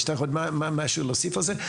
יש לך עוד משהו להוסיף על זה?